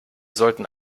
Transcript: sollten